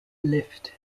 lift